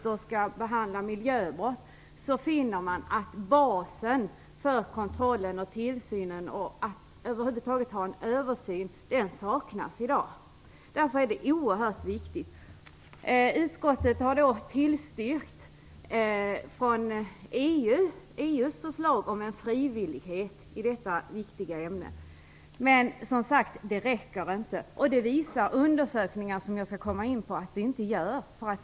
När vi behandlar miljöbrott finner vi att basen för kontrollen och tillsynen i dag saknas, att man över huvud taget har en översyn. Det är därför oerhört viktigt att ha en miljörevision. Utskottet har tillstyrkt EU:s förslag om en frivillighet i denna viktiga fråga. Men det räcker inte. Att det inte gör det visar undersökningar, vilka jag skall beröra.